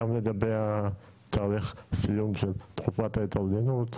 גם לגבי התאריך סיום של תקופת ההתארגנות,